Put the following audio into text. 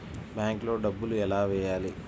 బ్యాంక్లో డబ్బులు ఎలా వెయ్యాలి?